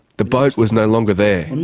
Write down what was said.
the boat was no longer there.